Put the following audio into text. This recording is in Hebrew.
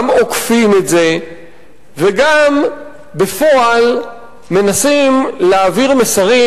גם עוקפים את זה וגם בפועל מנסים להעביר מסרים